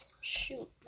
Shoot